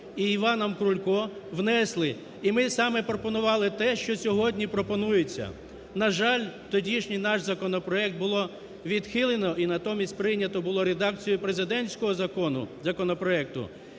Іваном Крулько внесли. І ми саме пропонували те, що сьогодні пропонується. На жаль, тодішній наш законопроект було відхилено і натомість прийнято було редакцію президентського закону,